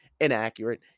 inaccurate